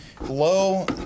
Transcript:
Low